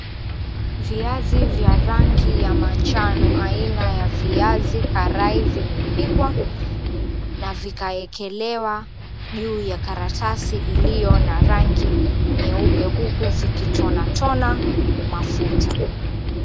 Viazi vya rangi ya manjano aina ya viazi karai vimepikwa na vikaekelewa juu ya karatasi iliyo na rangi nyeupe huku vikitonatona mafuta.